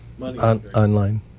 Online